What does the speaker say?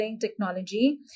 technology